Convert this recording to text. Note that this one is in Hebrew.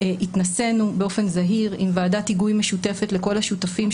התנסינו באופן זהיר עם ועדת היגוי משותפת לכל השותפים,